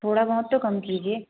थोड़ा बहुत तो कम कीजिए